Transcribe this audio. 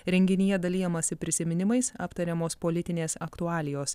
renginyje dalijamasi prisiminimais aptariamos politinės aktualijos